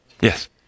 Yes